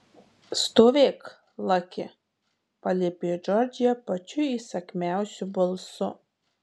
stovėk laki paliepė džordžija pačiu įsakmiausiu balsu